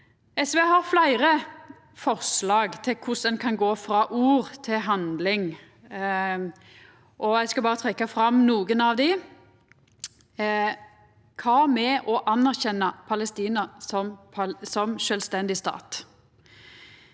SV har fleire forslag til korleis ein kan gå frå ord til handling. Eg skal berre trekkja fram nokre av dei. Kva med å anerkjenna Palestina som sjølvstendig stat?